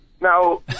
Now